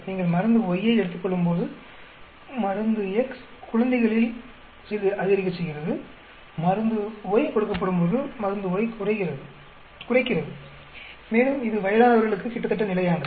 நீங்கள் மருந்து Y ஐ எடுத்துக் கொள்ளும்போது மருந்து X குழந்தைகளில் சிறிது அதிகரிக்கச்செய்கிறது மருந்து Y கொடுக்கப்படும்போது மருந்து Y குறைக்கிறது மேலும் இது வயதானவர்களுக்கு கிட்டத்தட்ட நிலையானது